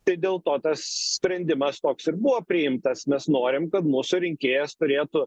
tai dėl to tas sprendimas toks ir buvo priimtas mes norim kad mūsų rinkėjas turėtų